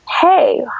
hey